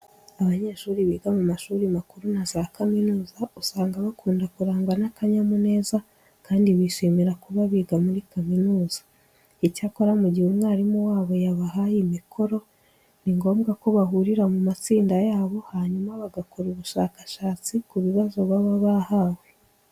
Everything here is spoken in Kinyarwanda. Abanyeshuri biga mu mashuri makuru na za kaminuza usanga bakunda kurangwa n'akanyamuneza kandi bishimira kuba biga muri kaminuza. Icyakora mu gihe umwarimu wabo yabahaye imikoro ni ngombwa ko bahurira mu matsinda yabo hanyuma bagakora ubushakashatsi ku bibazo baba bahawe.